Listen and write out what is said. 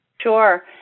Sure